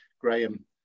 Graham